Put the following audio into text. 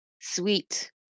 sweet